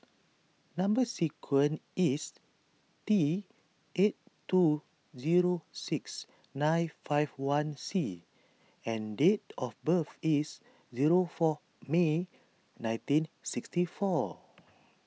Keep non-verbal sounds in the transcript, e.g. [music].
Number Sequence is T eight two zero six nine five one C and date of birth is zero four May nineteen sixty four [noise]